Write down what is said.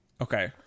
Okay